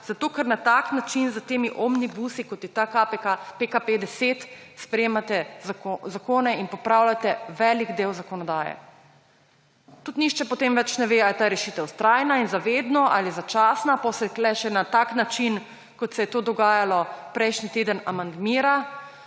zato ker na tak način s temi omnibusi, kot je ta PKP 10, sprejemate zakone in popravljate velik del zakonodaje. Tudi nihče potem več ne ve, a je ta rešitev trajna in zavedno ali je začasna, potem se tukaj še na tak način, kot se je to dogajalo prejšnji teden, amandmira.